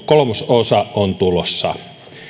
kolmososa on tulossa